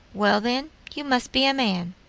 well, then, you must be a man.